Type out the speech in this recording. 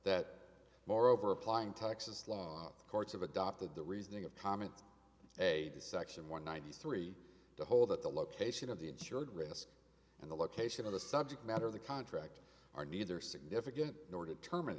that moreover applying texas law courts have adopted the reasoning of comment a section one ninety three to hold that the location of the insured risk and the location of the subject matter of the contract are neither significant nor determin